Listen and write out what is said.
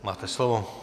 Máte slovo.